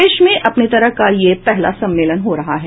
देश में अपने तरह का यह पहला सम्मेलन हो रहा है